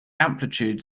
amplitude